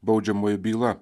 baudžiamojo byla